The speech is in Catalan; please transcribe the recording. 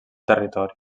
territori